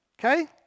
okay